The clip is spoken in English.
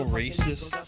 racist